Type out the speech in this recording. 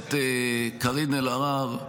הכנסת קארין אלהרר,